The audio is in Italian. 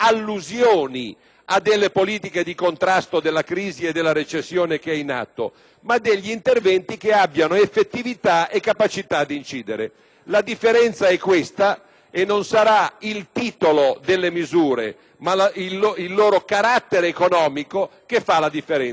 a delle politiche di contrasto della crisi e della recessione in atto, ma degli interventi che abbiano effettività e capacità di incidere. La differenza è questa e non sarà il titolo delle misure, ma il loro carattere economico a fare la differenza.